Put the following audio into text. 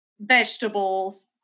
vegetables